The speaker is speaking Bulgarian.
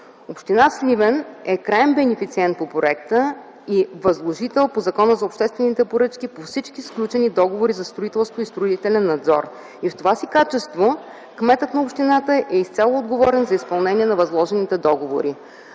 Община Сливен е краен бенефициент по проекта и възложител по Закона за обществените поръчки по всички сключени договори за строителство и строителен надзор. В това си качество кметът на общината е изцяло отговорен за изпълнение на възложените договори.